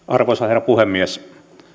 arvoisa herra puhemies